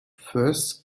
first